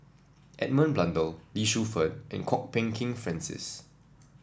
Edmund Blundell Lee Shu Fen and Kwok Peng Kin Francis